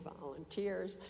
volunteers